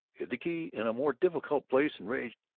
hid the key in a more difficult place, and raged,